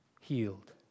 healed